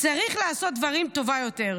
צריך לעשות דברים טוב יותר,